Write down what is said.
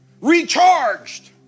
Recharged